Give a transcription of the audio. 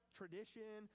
tradition